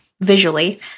visually